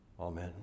Amen